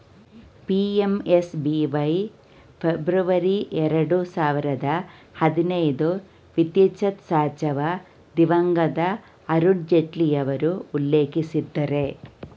PMSBY February ಎರಡು ಸಾವಿರದ ಹದಿನೈದು ವಿತ್ಚಿತಸಾಚವ ದಿವಂಗತ ಅರುಣ್ ಜೇಟ್ಲಿಯವರು ಉಲ್ಲೇಖಿಸಿದ್ದರೆ